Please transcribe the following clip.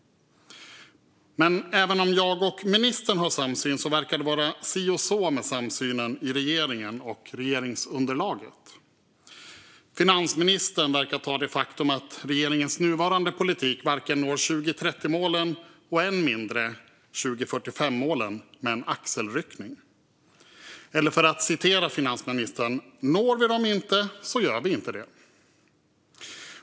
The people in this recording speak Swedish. Men även om jag och ministern har samsyn verkar det vara si och så med samsynen i regeringen och i regeringsunderlaget. Finansministern verkar ta det faktum att regeringens nuvarande politik inte når 2030-målen och än mindre 2045-målen med en axelryckning. För att citera finansministern: Når vi dem inte så gör vi inte det.